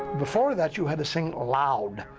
before that you had to sing loud.